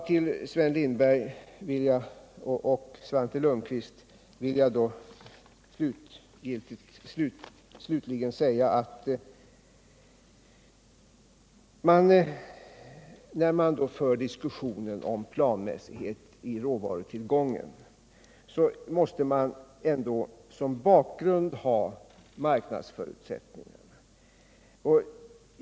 Till Sven Lindberg och Svante Lundkvist vill jag slutligen säga att när man för diskussionen om planmässighet i råvarutillgången måste man ändå som bakgrund ha marknadförutsättningarna.